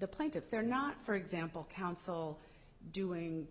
the plaintiffs they're not for example counsel doing